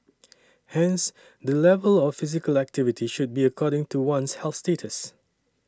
hence the level of physical activity should be according to one's health status